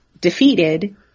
defeated